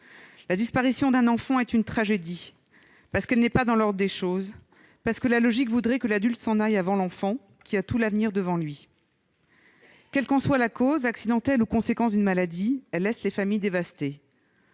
La disparition d'un enfant est une tragédie. Parce qu'elle n'est pas dans l'ordre des choses. Parce que la logique voudrait que l'adulte s'en aille avant l'enfant, qui a tout l'avenir devant lui. Quelle qu'en soit la cause, accidentelle ou conséquence d'une maladie, elle laisse les familles dévastées.